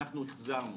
ואנחנו החזרנו.